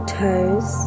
toes